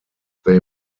they